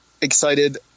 excited